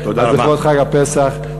אז לכבוד חג הפסח,